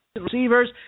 receivers